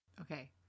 Okay